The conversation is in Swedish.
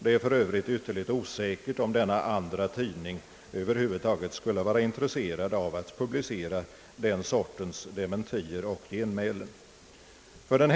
Det är för övrigt ytterst osäkert om denna andra tidning över huvud taget skulle vara intresserad av att publicera sådana dementier och genmälen.